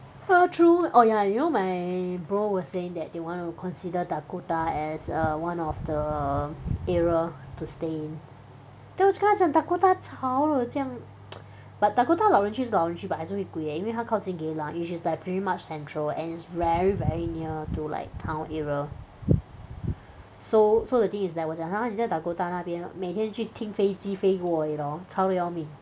true orh yah you know my bro was saying that they want to consider Dakota as err one of the area to stay in those kinds of Dakota 吵得这样 but Dakota 老人区是老人区 but 还是会贵 leh 因为它靠近 Geylang which is like pretty much central and it's very very near to like town area so so the thing is that 我讲 !huh! 你在 Dakota 那边每天去听飞机飞过而已 lor 吵的要命